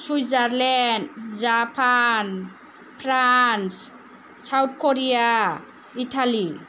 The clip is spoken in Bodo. Switzerland Japan France South Korea Italy